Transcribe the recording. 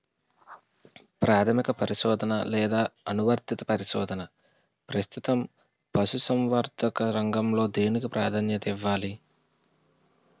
ప్రాథమిక పరిశోధన లేదా అనువర్తిత పరిశోధన? ప్రస్తుతం పశుసంవర్ధక రంగంలో దేనికి ప్రాధాన్యత ఇవ్వాలి?